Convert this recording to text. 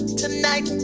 tonight